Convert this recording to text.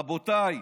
רבותיי,